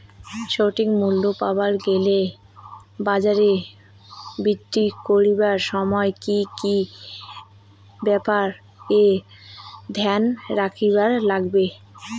সঠিক মূল্য পাবার গেলে বাজারে বিক্রি করিবার সময় কি কি ব্যাপার এ ধ্যান রাখিবার লাগবে?